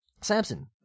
Samson